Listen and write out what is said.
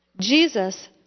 Jesus